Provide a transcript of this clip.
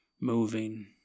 moving